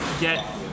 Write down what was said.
get